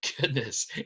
goodness